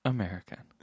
American